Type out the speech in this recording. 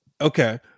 Okay